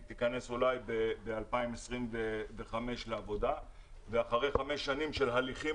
היא תיכנס אולי ב-2025 לעבודה ואחרי 5 שנים של הליכים